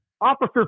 Officer